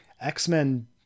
X-Men